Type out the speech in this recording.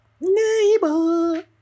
neighbor